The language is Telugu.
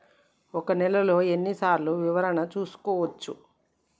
ఒక నెలలో ఎన్ని సార్లు వివరణ చూసుకోవచ్చు?